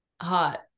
Hot